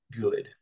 good